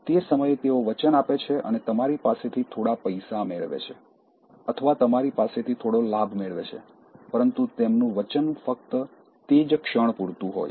તે સમયે તેઓ વચન આપે છે અને તમારી પાસેથી થોડા પૈસા મેળવે છે અથવા તમારી પાસેથી થોડો લાભ મેળવે છે પરંતુ તેમનું વચન ફક્ત તે જ ક્ષણ પૂરતું હોય છે